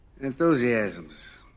Enthusiasms